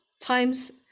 times